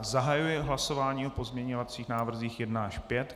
Zahajuji hlasování o pozměňovacích návrzích 1 až 5.